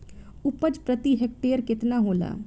उपज प्रति हेक्टेयर केतना होला?